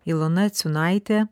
ilona ciunaitė